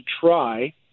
try